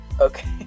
Okay